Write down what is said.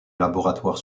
laboratoire